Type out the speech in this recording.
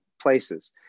places